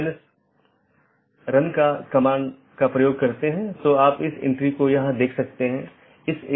दूसरा अच्छी तरह से ज्ञात विवेकाधीन एट्रिब्यूट है यह विशेषता सभी BGP कार्यान्वयन द्वारा मान्यता प्राप्त होनी चाहिए